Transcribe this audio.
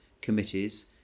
committees